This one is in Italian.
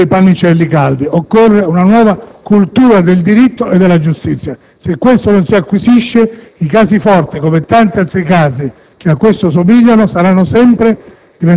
con dei pannicelli caldi. Occorre una nuova cultura del diritto e della giustizia. Se non la si acquisisce i casi Forte, come tanti altri che ad esso somigliano, diventeranno sempre